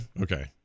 okay